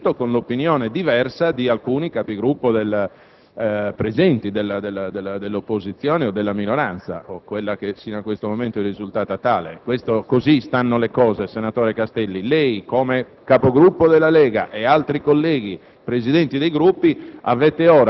come correttamente è stato riferito, con l'opinione diversa di alcuni Capigruppo presenti, dell'opposizione o della minoranza, o quella che sino a questo momento è risultata tale. Così stanno le cose, senatore Castelli. Lei, come Capogruppo della Lega e altri colleghi,